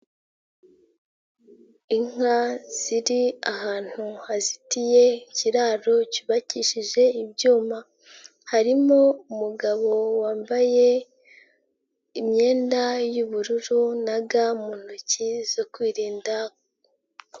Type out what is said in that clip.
Inka ziri ahantu hazitiye ikiraro cyubakishije ibyuma, harimo umugabo wambaye imyenda y'ubururu na ga mu ntoki zo kwirinda.